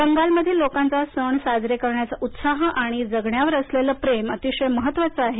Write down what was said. बंगालमधील लोकांचा सण साजरे करण्याचा उत्साह आणि जगण्यावर असलेलं प्रेम अतिशय महत्त्वाचं आहे